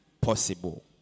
possible